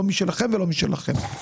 לא משלכם ולא משלכם.